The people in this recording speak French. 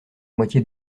moitié